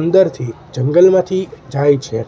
અંદરથી જંગલમાંથી જાય છે